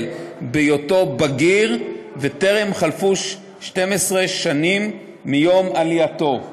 בהיותו בגיר וטרם חלפו 12 שנים מיום עלייתו.